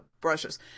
brushes